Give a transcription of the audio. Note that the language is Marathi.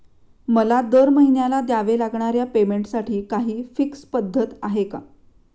मला दरमहिन्याला द्यावे लागणाऱ्या पेमेंटसाठी काही फिक्स पद्धत आहे का?